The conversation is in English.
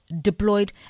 deployed